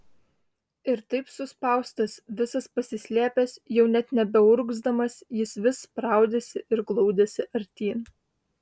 ir taip suspaustas visas pasislėpęs jau net nebeurgzdamas jis vis spraudėsi ir glaudėsi artyn